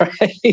Right